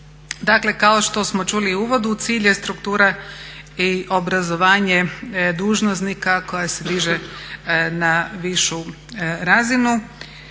Dakle kao što smo čuli u uvodu cilj je struktura i obrazovanje dužnosnika koje se diže na višu razinu.